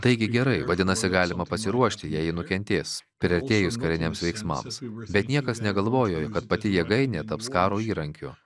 taigi gerai vadinasi galima pasiruošti jei ji nukentės priartėjus kariniams veiksmams bet niekas negalvojo kad pati jėgainė taps karo įrankiu